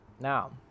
now